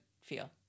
feel